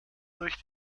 durch